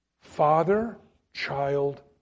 Father-child